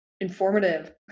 informative